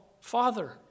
Father